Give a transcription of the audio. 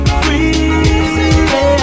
free